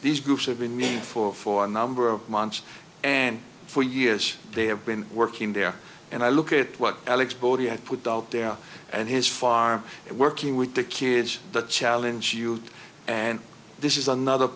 these groups have been made for for a number of months and for years they have been working there and i look at what alex bodhi had put out there and his farm and working with the kids that challenge you and this is another